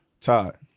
Todd